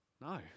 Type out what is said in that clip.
No